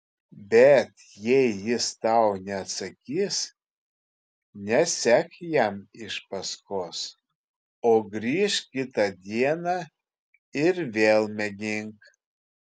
bet jei jis tau neatsakys nesek jam iš paskos o grįžk kitą dieną ir vėl mėgink